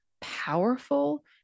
powerful